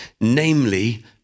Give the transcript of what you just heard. namely